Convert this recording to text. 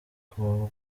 kuva